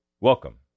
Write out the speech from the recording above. welcome